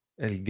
el